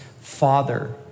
father